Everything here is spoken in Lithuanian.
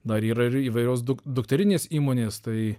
dar yra ir įvairios dukterinės įmonės tai